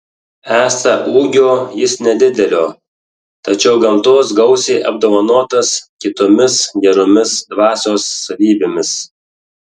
esą ūgio jis nedidelio tačiau gamtos gausiai apdovanotas kitomis geromis dvasios savybėmis